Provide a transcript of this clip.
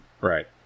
Right